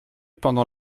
pendant